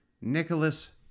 Nicholas